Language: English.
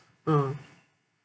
ah